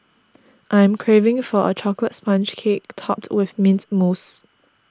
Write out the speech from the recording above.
I am craving for a Chocolate Sponge Cake Topped with Mint Mousse